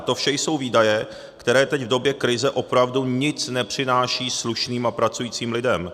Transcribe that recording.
To vše jsou výdaje, které teď v době krize opravdu nic nepřinášejí slušným a pracujícím lidem.